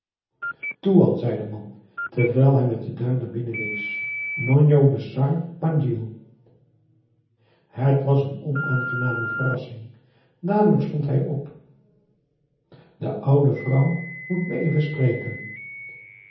zei de man terwijl hij met den duim naar binnen wees njonjo besar pangil het was een onaangename verrassing dadelijk stond hij op de oude vrouw moet me even spreken